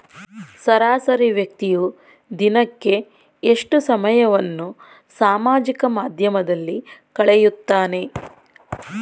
ಸರಾಸರಿ ವ್ಯಕ್ತಿಯು ದಿನಕ್ಕೆ ಎಷ್ಟು ಸಮಯವನ್ನು ಸಾಮಾಜಿಕ ಮಾಧ್ಯಮದಲ್ಲಿ ಕಳೆಯುತ್ತಾನೆ?